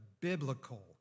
biblical